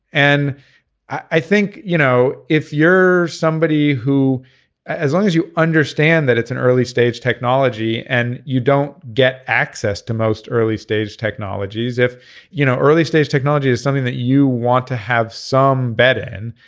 and i think you know if you're somebody who as long as you understand that it's an early stage technology and you don't get access to most early stage technologies if you know early stage technology is something that you want to have some bed in.